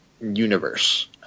universe